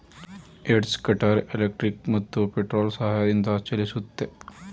edge cutter electric ಮತ್ತು petrol ಸಹಾಯದಿಂದ ಚಲಿಸುತ್ತೆ